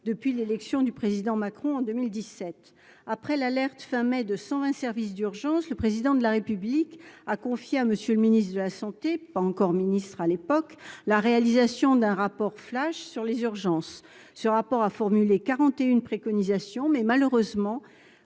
depuis l'élection du président Macron en 2017 après l'alerte, fin mai, de 120 services d'urgence, le président de la République a confié à monsieur le ministre de la Santé, pas encore ministre à l'époque, la réalisation d'un rapport flash sur les urgences, ce rapport à formuler 41 préconisations mais malheureusement